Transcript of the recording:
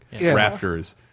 rafters